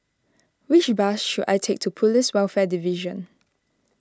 which bus should I take to Police Welfare Division